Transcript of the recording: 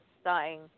starting